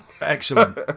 excellent